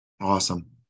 Awesome